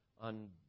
on